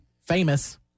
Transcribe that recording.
famous